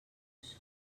los